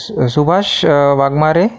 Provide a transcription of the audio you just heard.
सु सुभाष वाघमारे